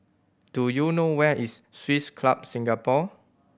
do you know where is Swiss Club Singapore